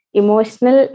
emotional